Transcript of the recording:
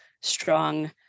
strong